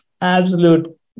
absolute